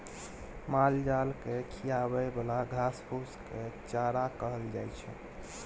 मालजाल केँ खिआबे बला घास फुस केँ चारा कहल जाइ छै